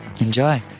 enjoy